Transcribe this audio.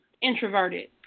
Introverted